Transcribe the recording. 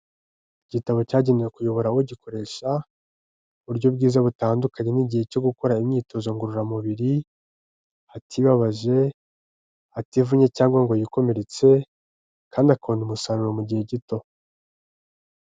Igitabo cyagenewe kuyobora ugikoresha mu buryo bwiza butandukanye n'igihe cyo gukora imyitozo ngororamubiri, atibabaje, ativunnye cyangwa ngo yikomeretse kandi akabona umusaruro mu gihe gito.